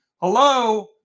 Hello